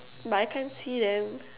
but I can't see them